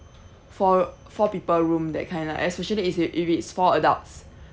four four people room that kind lah especially if it's if it's four adults